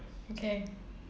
okay